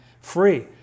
Free